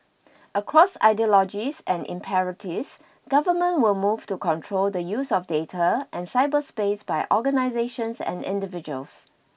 across ideologies and imperatives governments will move to control the use of data and cyberspace by organisations and individuals